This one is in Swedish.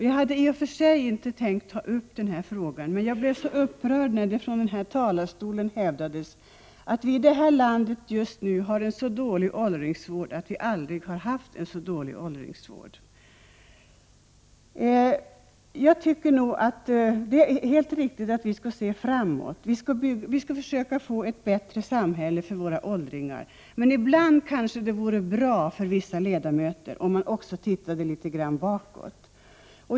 Jag hade i och för sig inte tänkt ta upp denna fråga, men jag blev så upprörd, när det från denna talarstol hävdades att vi i detta land aldrig tidigare har haft en så dålig åldringsvård som vi har just nu. Det är helt riktigt att vi skall se framåt och försöka skapa ett bättre samhälle för våra åldringar, men ibland vore det kanske bra för vissa ledamöter att också se litet bakåt.